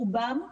רובם לשמחתנו,